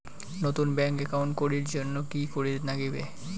নতুন bank account করির জন্যে কি করিব নাগিবে?